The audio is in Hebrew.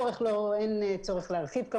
לבי הצורך, אין צורך להרחיב.